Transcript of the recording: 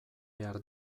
behar